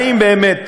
האם באמת